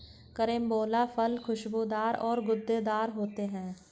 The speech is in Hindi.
कैरम्बोला फल खुशबूदार और गूदेदार होते है